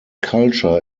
culture